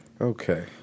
Okay